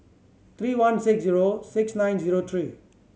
three one six zero six nine zero three